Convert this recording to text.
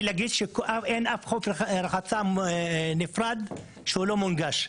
להגיד שאין אף חוף רחצה נפרד שהוא לא מונגש.